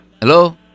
Hello